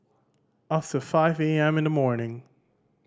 after five A M in the morning